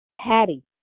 Patty